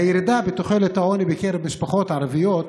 הירידה בתחולת העוני בקרב משפחות ערביות,